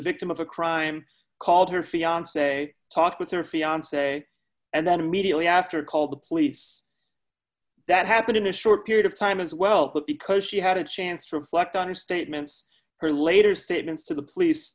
victim of a crime called her fiance talk with her fiance and then immediately after called the police that happened in a short period of time as well put because she had a chance to reflect on her statements her later statements to the police